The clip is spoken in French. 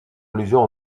allusion